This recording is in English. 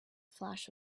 flash